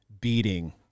beating